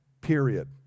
period